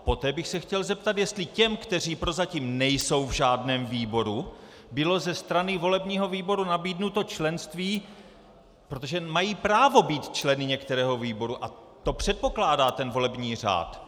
Poté bych se chtěl zeptat, jestli těm, kteří prozatím nejsou v žádném výboru, bylo ze strany volebního výboru nabídnuto členství, protože mají právo být členy některého výboru a to předpokládá ten volební řád.